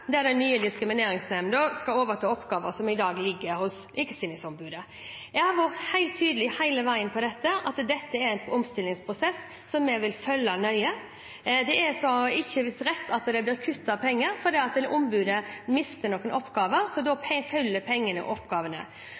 der den nye diskrimineringsnemnda skal overta oppgaver som i dag ligger hos Likestillingsombudet. Jeg har hele veien vært helt tydelig på at dette er en omstillingsprosess som vi vil følge nøye. Det er altså ikke rett at det blir kuttet penger, for ombudet mister noen oppgaver, så da følger pengene oppgavene.